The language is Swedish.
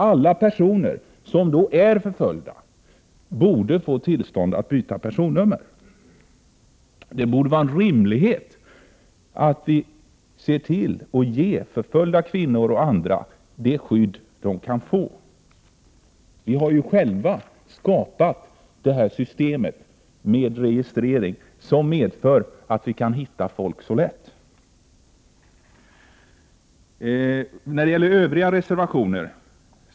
Alla personer som är förföljda borde få tillstånd att byta personnummer. Det borde vara rimligt att ge förföljda kvinnor och andra det skydd de kan få. Vi har ju själva skapat detta system för registrering som medför att man kan finna människor så lätt. Så till de övriga reservationerna.